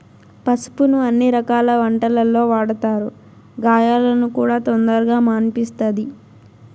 పసుపును అన్ని రకాల వంటలల్లో వాడతారు, గాయాలను కూడా తొందరగా మాన్పిస్తది